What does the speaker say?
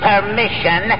Permission